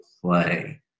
play